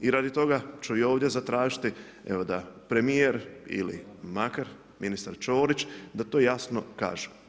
I radi toga ću i ovdje zatražiti, evo da premjer ili Makar, ministar Čorić da to jasno kažu.